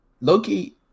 loki